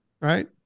Right